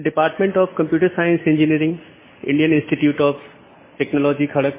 जैसा कि हम पिछले कुछ लेक्चरों में आईपी राउटिंग पर चर्चा कर रहे थे आज हम उस चर्चा को जारी रखेंगे